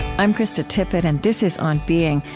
i'm krista tippett, and this is on being.